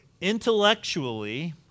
Intellectually